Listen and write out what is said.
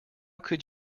could